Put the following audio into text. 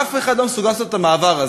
אף אחד לא מסוגל לעשות את המעבר הזה.